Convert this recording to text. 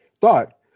thought